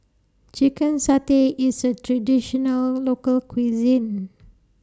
Chicken Satay IS A Traditional Local Cuisine